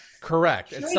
Correct